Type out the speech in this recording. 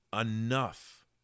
enough